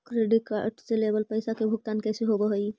Credit card से लेवल पैसा के भुगतान कैसे होव हइ?